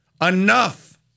Enough